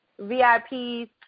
VIPs